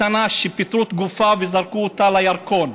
הקטנה שביתרו את גופתה וזרקו אותה לירקון,